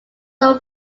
were